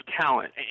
talent